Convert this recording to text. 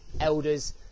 elders